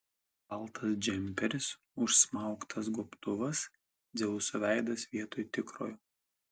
baltas džemperis užsmauktas gobtuvas dzeuso veidas vietoj tikrojo